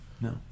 No